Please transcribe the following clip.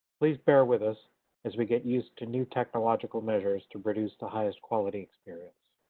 please, bear with us as we get used to new technological measures to produce the highest quality experience.